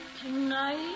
Tonight